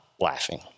laughing